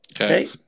Okay